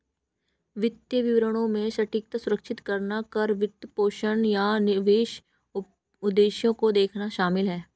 वित्तीय विवरणों में सटीकता सुनिश्चित करना कर, वित्तपोषण, या निवेश उद्देश्यों को देखना शामिल हैं